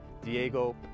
Diego